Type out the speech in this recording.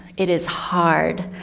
it is hard,